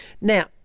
Now